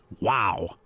Wow